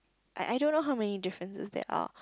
I I don't know how many differences there are